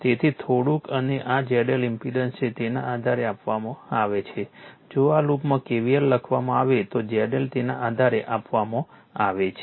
તેથી થોડુંક અને આ ZL ઇમ્પેડન્સ છે તેના આધારે આપવામાં આવે છે જો આ લૂપમાં KVL લખવામાં આવે તો ZL તેના આધારે આપવામાં આવે છે